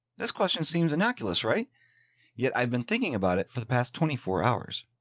this question seems innocuous right yet. i've been thinking about it for the past twenty four hours.